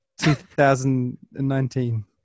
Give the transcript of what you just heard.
2019